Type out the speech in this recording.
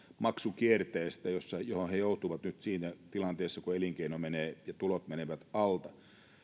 maksukierteistä joihin he joutuvat nyt siinä tilanteessa kun elinkeino ja tulot menevät alta